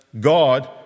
God